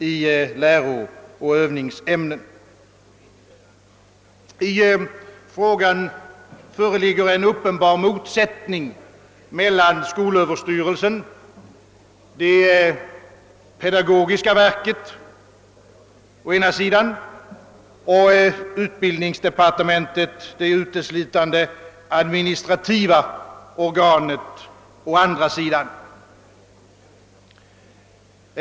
Det föreligger i detta sammanhang en uppenbar motsättning mellan skolöverstyrelsen, det pedagogiska verket, å ena sidan och utbildningsdepartementet, det uteslutande administrativa organet, å andra sidan.